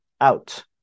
Out